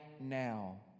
now